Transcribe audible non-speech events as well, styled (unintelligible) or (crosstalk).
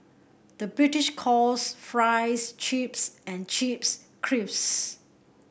the British calls fries chips and chips (unintelligible)